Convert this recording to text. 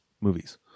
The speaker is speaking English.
movies